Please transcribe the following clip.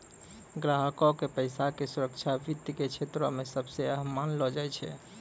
ग्राहको के पैसा के सुरक्षा वित्त के क्षेत्रो मे सभ से अहम मानलो जाय छै